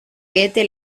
goethe